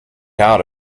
out